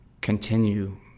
continue